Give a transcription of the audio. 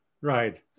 right